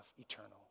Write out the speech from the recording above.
eternal